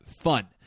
fun